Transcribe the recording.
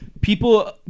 People